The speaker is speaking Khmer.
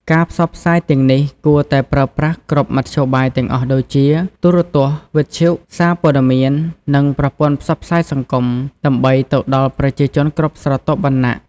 ការផ្សព្វផ្សាយទាំងនេះគួរតែប្រើប្រាស់គ្រប់មធ្យោបាយទាំងអស់ដូចជា ទូរទស្សន៍ វិទ្យុ សារព័ត៌មាន និងប្រព័ន្ធផ្សព្វផ្សាយសង្គម ដើម្បីទៅដល់ប្រជាជនគ្រប់ស្រទាប់វណ្ណៈ។